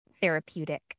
therapeutic